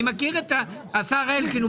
אני מכיר את השר אלקין.